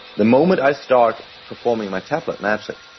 the moment i start performing my tablet magic,